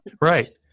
Right